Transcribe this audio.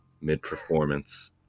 mid-performance